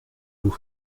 vous